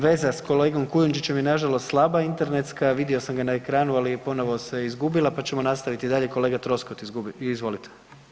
Veza s kolegom Kujundžićem je nažalost slaba internetska, vidio sam ga na ekranu, ali ponovo se izgubila, pa ćemo nastaviti dalje, kolega Troskot izvolite.